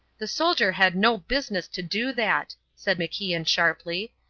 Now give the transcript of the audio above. the soldier had no business to do that, said macian, sharply.